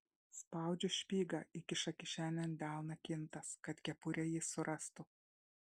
spaudžiu špygą įkiša kišenėn delną kintas kad kepurę ji surastų